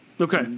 Okay